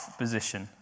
position